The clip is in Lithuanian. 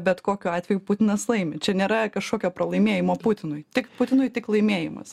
bet kokiu atveju putinas laimi čia nėra kažkokio pralaimėjimo putinui tik putinui tik laimėjimas